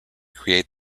create